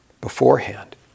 beforehand